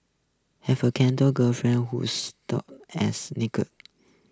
have a canto girlfriend who's tough as